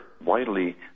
widely